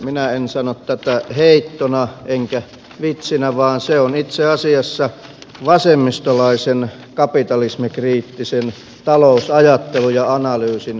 minä en sano tätä heittona enkä vitsinä vaan se on itse asiassa vasemmistolaisen kapitalismikriittisen talousajattelun ja analyysin perushavainto